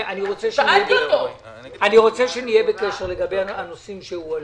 אני רוצה שנהיה בקשר לגבי הנושאים שהועלו,